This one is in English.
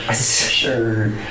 Sure